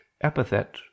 epithet